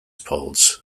polls